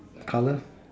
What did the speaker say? colour